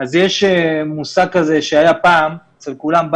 אז יש מושג כזה שהיה פעם אצל כולם,